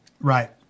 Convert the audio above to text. right